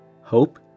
hope